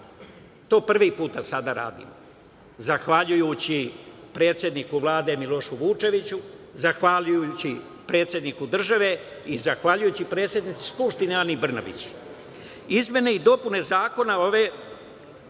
To prvi put sada radimo, zahvaljujući predsedniku Vlade Milošu Vučeviću, zahvaljujući predsedniku države i zahvaljujući predsednici Skupštine Ani Brnabić. Izmene i dopune zakona ove